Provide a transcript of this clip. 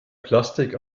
plastik